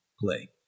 play